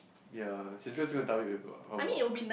ya she's she's gonna tell you about how about